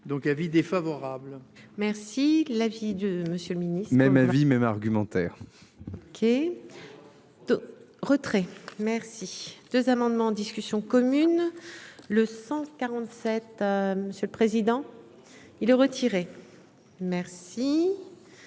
Donc, avis défavorable. Merci la vie de monsieur le ministre. Oui mais ma vie même argumentaire. OK. Retrait merci 2 amendements en discussion commune le 147. Monsieur le président. Il est retiré. Merci.